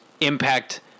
impact